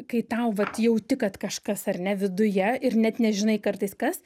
kai tau vat jauti kad kažkas ar ne viduje ir net nežinai kartais kas